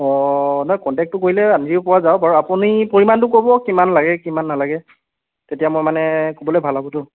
অঁ নাই কণ্টেক্টটো কৰিলে আনি দিবপৰা যাব বাৰু আপুনি পৰিমাণটো ক'ব কিমান লাগে কিমান নালাগে তেতিয়া মই মানে ক'বলৈ ভাল হ'বতো